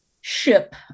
ship